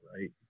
right